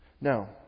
Now